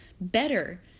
better